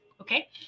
Okay